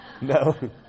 No